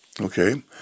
Okay